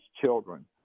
children